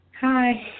Hi